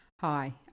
Hi